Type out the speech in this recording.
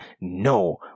no